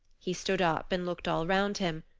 he stood up and looked all around him.